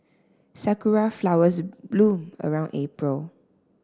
sakura flowers bloom around April